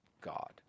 God